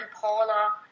Paula